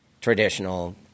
traditional